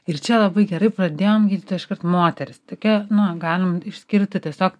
ir čia labai gerai pradėjom gydytoja iškart moteris tokia na galim išskirti tiesiog